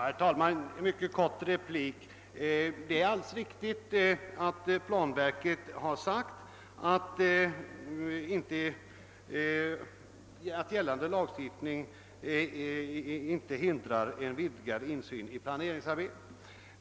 Herr talman! En mycket kort replik. Det är alldeles riktigt att planverket uttalat att gällande lagstiftning inte hindrar en vidgad insyn i planeringsarbetet.